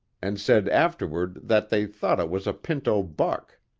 and said afterward that they thought it was a pinto buck.